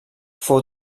fou